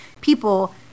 people